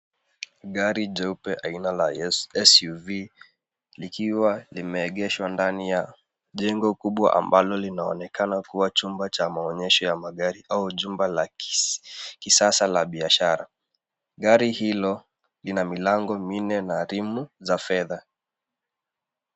Gari jeupe aina la SUV, likiwa limeegeshwa ndani ya jengo kubwa ambalo linaonekana kuwa chumba cha maonyesho ya magari au jumba la kisasa la biashara. Gari hilo, lina milango minee na rimu za fedha.